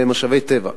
במשאבי טבע,